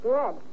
Good